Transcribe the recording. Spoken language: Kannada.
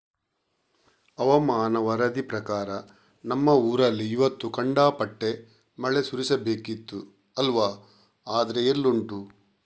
ಹವಾಮಾನ ವರದಿ ಪ್ರಕಾರ ನಮ್ಮ ಊರಲ್ಲಿ ಇವತ್ತು ಖಂಡಾಪಟ್ಟೆ ಮಳೆ ಸುರೀಬೇಕಿತ್ತು ಅಲ್ವಾ ಆದ್ರೆ ಎಲ್ಲುಂಟು